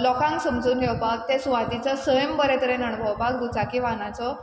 लोकांक सुमजून घेवपाक त्या सुवातीचो सैम बरे तरेन अणभवपाक दुचाकी वाहनाचो